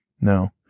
No